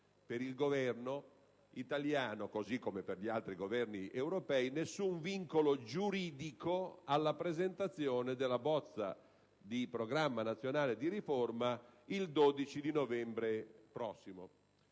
per il Governo italiano, come per gli altri Governi europei, nessun vincolo giuridico alla presentazione della bozza di Programma nazionale di riforma il 12 novembre prossimo.